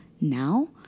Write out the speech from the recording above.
now